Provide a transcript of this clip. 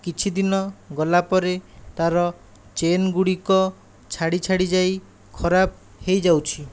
କିଛି ଦିନ ଗଲା ପରେ ତାର ଚେନ୍ ଗୁଡ଼ିକ ଛାଡ଼ି ଛାଡ଼ି ଯାଇ ଖରାପ ହୋଇଯାଉଛି